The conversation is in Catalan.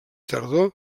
tardor